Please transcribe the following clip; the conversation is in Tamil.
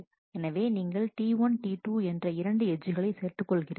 எனவே நீங்கள் T1 T2 என்ற இரண்டு எட்ஜ்களை சேர்த்துக் கொள்கிறார்கள்